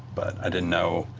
but i didn't know,